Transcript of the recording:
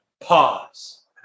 pause